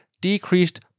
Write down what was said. decreased